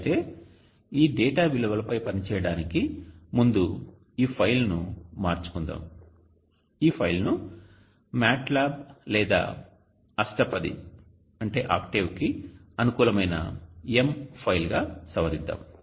అయితే ఈ డేటా విలువలపై పని చేయడానికి ముందు ఈ ఫైల్ను మార్చుకుందాం ఈ ఫైల్ను MATLAB లేదా అష్టపది కి అనుకూలమైన M ఫైల్ గా సవరిద్దాం